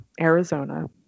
arizona